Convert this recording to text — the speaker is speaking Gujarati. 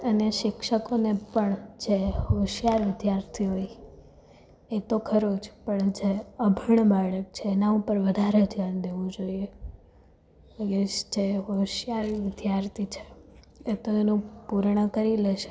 અને શિક્ષકોને પણ જે હોંશિયાર વિદ્યાર્થી એ તો ખરું જ પણ જે અભણ બાળક છે એના ઉપર વધારે ધ્યાન દેવું જોઈએ ગેસ છે જે હોંશિયાર વિદ્યાર્થી છે એ તો એનું પૂર્ણ કરી લેશે